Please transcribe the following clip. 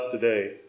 today